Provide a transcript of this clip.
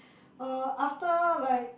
uh after like